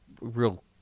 real